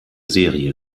serie